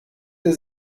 der